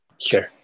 sure